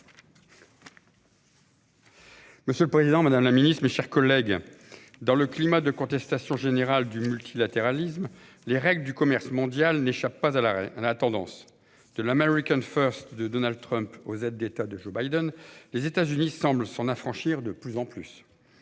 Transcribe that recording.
Monsieur le président, madame la secrétaire d'État, mes chers collègues, dans le climat de contestation générale du multilatéralisme, les règles du commerce mondial n'échappent pas à la tendance. De l'de Donald Trump aux aides d'État de Joe Biden, les États-Unis semblent s'en affranchir de plus en plus.